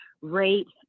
rates